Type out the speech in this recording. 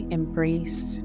embrace